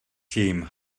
tím